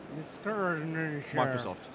Microsoft